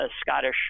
Scottish